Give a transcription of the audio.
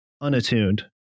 unattuned